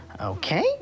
Okay